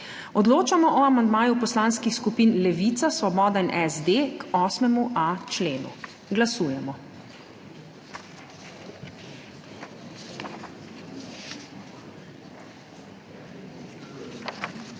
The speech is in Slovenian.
Odločamo o amandmaju poslanskih skupin Levica, Svoboda in SD k 8.a členu. Glasujemo.